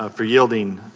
ah for yielding